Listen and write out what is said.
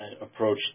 approach